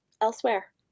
elsewhere